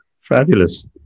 Fabulous